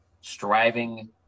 striving